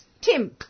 Tim